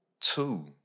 two